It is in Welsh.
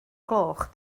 gloch